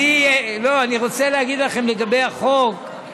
אני רוצה להגיד לכם לגבי החוק.